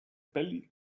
belly